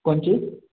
कोन चीज